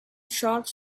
shots